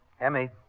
Emmy